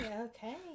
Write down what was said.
okay